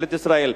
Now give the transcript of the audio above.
ממשלת ישראל,